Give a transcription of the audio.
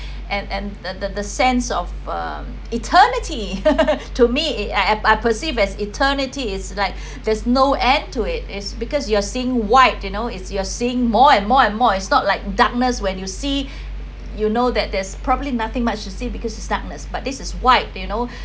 and and the the the sense of um eternity to me I I perceive as eternities is like there's no end to it is because you are seeing white you know it's you're seeing more and more and more is not like darkness when you see you know that there's probably nothing much to see because is darkness but this is white the you know